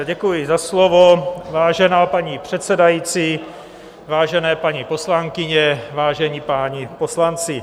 Děkuji za slovo, vážená paní předsedající, vážené paní poslankyně, vážení páni poslanci.